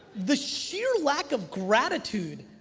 the sheer lack of gratitude.